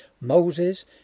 Moses